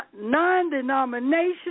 non-denominational